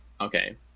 Okay